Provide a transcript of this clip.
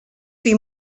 bhí